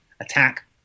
attack